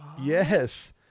yes